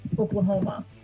Oklahoma